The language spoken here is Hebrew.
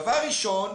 דבר ראשון,